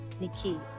Nikki